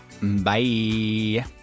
Bye